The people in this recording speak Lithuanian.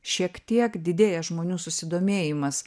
šiek tiek didėja žmonių susidomėjimas